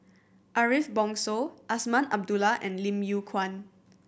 Ariff Bongso Azman Abdullah and Lim Yew Kuan